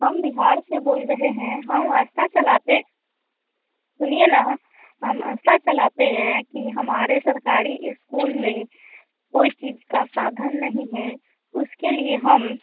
हम बिहार से बोल रहे हैं हर रस्ता चलाते सुनिए ना हम अस्ता चलाते हैं कि हमारे सरकारी इस्कूल में कोई चीज़ का साधन नहीं हैं उसके लिए हम